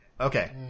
okay